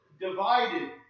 divided